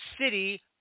City